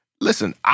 Listen